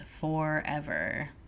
forever